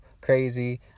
crazy